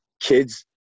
kids